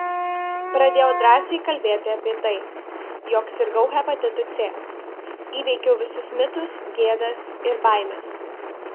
pradėjau drąsiai kalbėti apie tai jog sirgau hepatitu c įveikiau visus mitus gėdas ir baimes